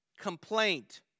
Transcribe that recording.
complaint